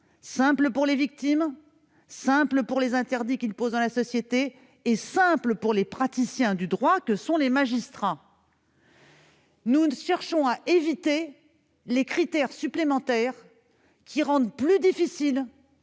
simple pour les victimes, simple quant aux interdits qu'il pose dans la société et simple pour les praticiens du droit que sont les magistrats. Nous cherchons à éviter l'ajout de critères supplémentaires rendant plus difficile